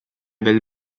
del